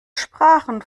sprachen